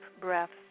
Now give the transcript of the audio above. breaths